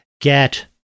get